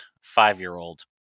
five-year-old